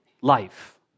life